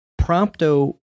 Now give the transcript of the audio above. Prompto